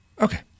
Okay